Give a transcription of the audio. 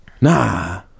Nah